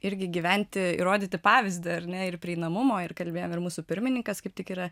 irgi gyventi ir rodyti pavyzdį ar ne ir prieinamumo ir kalbėjom ir mūsų pirmininkas kaip tik yra